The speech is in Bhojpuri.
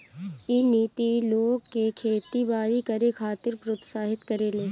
इ नीति लोग के खेती बारी करे खातिर प्रोत्साहित करेले